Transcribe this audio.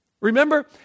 Remember